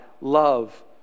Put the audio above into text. love